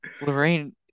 Lorraine